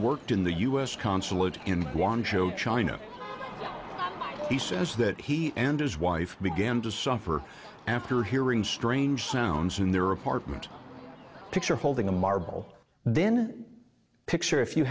worked in the u s consulate in want to show china he says that he and his wife began to suffer after hearing strange sounds in their apartment picture holding a marble then picture if you